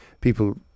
people